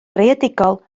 greadigol